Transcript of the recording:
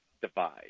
divide